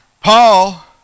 Paul